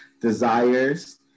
desires